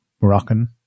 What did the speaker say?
Moroccan